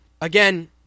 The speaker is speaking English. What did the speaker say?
again